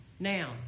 Now